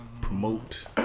promote